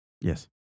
Yes